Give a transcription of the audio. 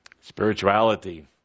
Spirituality